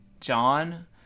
John